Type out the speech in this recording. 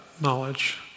knowledge